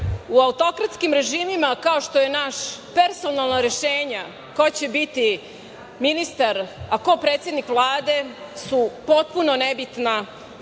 u autokratskim režimima kao što je naš, personalna rešenja ko će biti ministar, a ko predsednik Vlade su potpuno nebitna, niti